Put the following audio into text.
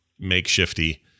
makeshifty